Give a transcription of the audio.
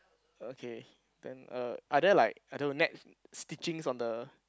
okay then er are there like I don't know net stitchings on the